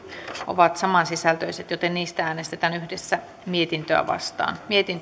ovat saman sisältöisiä joten niistä äänestetään yhdessä mietintöä vastaan